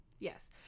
yes